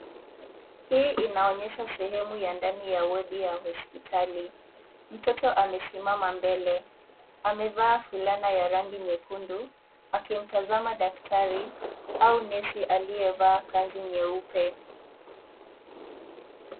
Hii inaonyesha sehemu ya ndani ya wadi ya hospitali. Mtoto amesimama mbele. Amevaa fulana ya rangi nyekundu akimtazama daktari au nesi aliyevaa kanzu nyeupe.